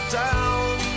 down